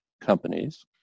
companies